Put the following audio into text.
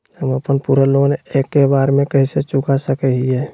हम अपन पूरा लोन एके बार में कैसे चुका सकई हियई?